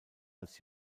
als